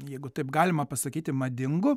jeigu taip galima pasakyti madingu